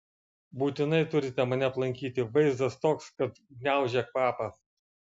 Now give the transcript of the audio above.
būtinai turite mane aplankyti vaizdas toks kad gniaužia kvapą